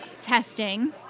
testing